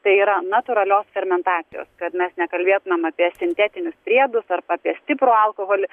tai yra natūralios fermentacijos kad mes nekalbėtumėm apie sintetinius priedus arba apie stiprų alkoholį